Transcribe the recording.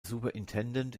superintendent